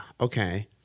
Okay